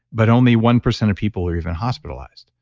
but only one percent of people are even hospitalized.